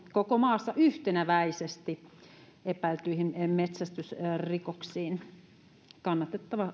koko maassa tasapuolisesti ja yhteneväisesti epäiltyihin metsästysrikoksiin kannatettava